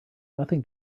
nothing